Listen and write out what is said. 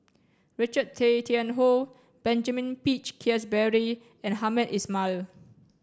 Richard Tay Tian Hoe Benjamin Peach Keasberry and Hamed Ismail